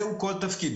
זהו כל תפקידו.